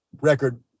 record